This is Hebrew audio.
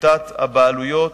בשליטת הבעלויות,